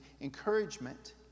Encouragement